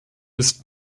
ist